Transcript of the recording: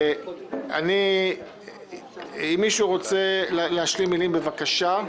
אם מישהו רוצה להשלים מילים, בבקשה.